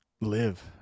live